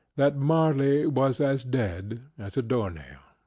that marley was as dead as a door-nail.